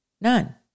None